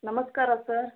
ನಮಸ್ಕಾರ ಸರ್